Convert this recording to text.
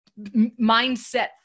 mindset